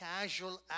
casual